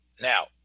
Now